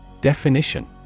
Definition